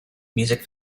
music